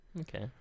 Okay